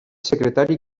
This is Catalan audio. secretari